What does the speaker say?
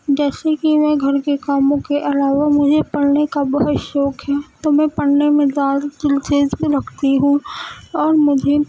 جیسے کہ میں گھر کے کاموں کے علاوہ مجھے پڑھنے کا بہت شوق ہے تو میں پڑھنے میں زیادہ دلچسپی رکھتی ہوں اور مجھے